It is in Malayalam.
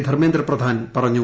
ധർമ്മേന്ദ്ര പ്രധാൻ പറഞ്ഞു